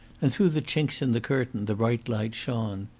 and through the chinks in the curtain the bright light shone.